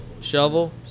shovel